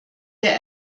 der